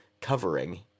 covering